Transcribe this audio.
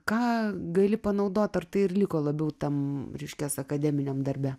ką gali panaudoti ar tai ir liko labiau tam reiškias akademiniam darbe